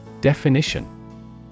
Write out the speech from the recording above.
Definition